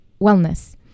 wellness